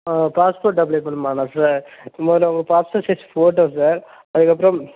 ஆ passport apply பண்ணணுமானால் sir முதல்ல உங்கள் பாஸ்போர்ட் சைஸ் ஃபோட்டோ சார் அதுக்கப்புறம்